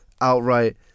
outright